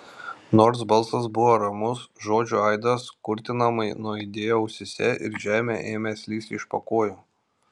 nors balsas buvo ramus žodžių aidas kurtinamai nuaidėjo ausyse ir žemė ėmė slysti iš po kojų